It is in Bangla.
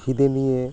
খিদে নিয়ে